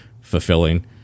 fulfilling